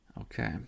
Okay